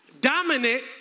Dominant